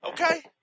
Okay